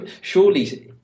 surely